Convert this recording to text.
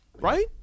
Right